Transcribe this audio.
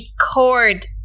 Record